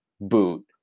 boot